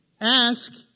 Ask